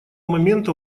момента